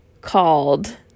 called